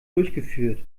durchgeführt